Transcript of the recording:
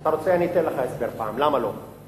אתה רוצה, אני אתן לך הסבר פעם למה לא.